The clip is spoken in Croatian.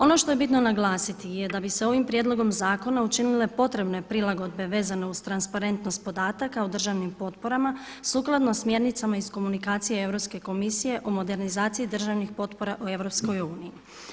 Ono što je bitno naglasiti je da bi se ovim prijedlogom zakona učinile potrebne prilagodbe vezane uz transparentnost podataka u državnim potporama sukladno smjernicama iz komunikacije Europske komisije o modernizaciji državnih potpora u Europskoj uniji.